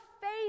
faith